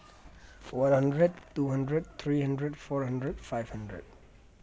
one hundred two hundred three hundred four hundred five hundred